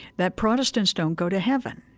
that protestants don't go to heaven.